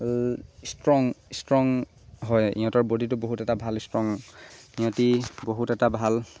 strong strong হয় সিহঁতৰ বডিটো বহুত এটা ভাল ষ্ট্ৰং সিহঁতি বহুত এটা ভাল